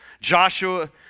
Joshua